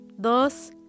dos